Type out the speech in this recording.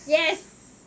yes